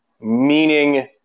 meaning